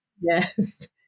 Yes